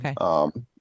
Okay